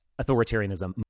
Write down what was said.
authoritarianism